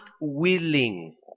willing